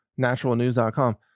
naturalnews.com